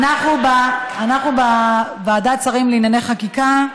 אנחנו, בוועדת שרים לענייני חקיקה,